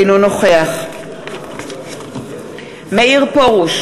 אינו נוכח מאיר פרוש,